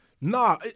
Nah